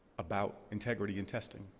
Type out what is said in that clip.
about integrity, and testing,